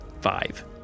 five